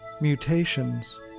Mutations